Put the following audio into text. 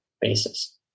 basis